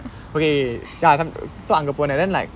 okay ya so அங்~ அங்க போனேன்:ang~ anga ponen then like